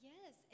Yes